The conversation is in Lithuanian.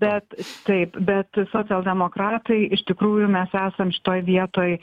bet taip bet socialdemokratai iš tikrųjų mes esam šitoj vietoj